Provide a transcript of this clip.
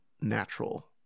natural